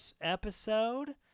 episode